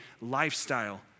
lifestyle